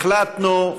החלטנו,